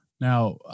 Now